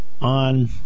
on